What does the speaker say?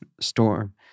storm